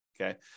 Okay